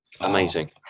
amazing